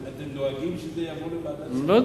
אתם דואגים שזה יבוא לוועדת הכספים?